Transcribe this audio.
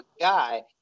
guy